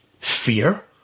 fear